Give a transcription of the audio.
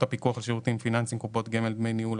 בתקנות הפיקוח על שירותים פיננסיים (קופות גמל) (דמי ניהול),